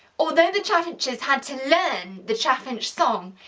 although the chaffinches had to learn the chaffinch song.